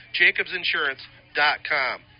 jacobsinsurance.com